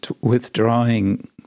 withdrawing